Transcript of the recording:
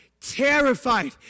terrified